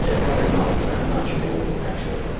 yeah probably not much at all actually.